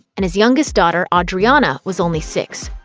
and his youngest daughter, audriana, was only six.